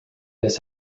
this